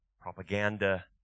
propaganda